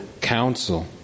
counsel